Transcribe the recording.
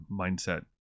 mindset